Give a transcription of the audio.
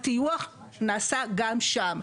הטיוח נעשה גם שם.